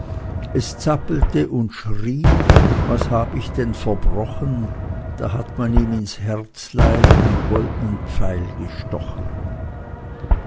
es zappelte und schrie was hab ich denn verbrochen da hat man ihm ins herzlein ein goldnen pfeil gestochen